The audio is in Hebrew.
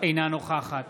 אינה נוכחת